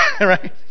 right